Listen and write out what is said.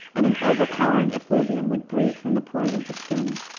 and an overpowering effluvium would breathe from the pores of the skin.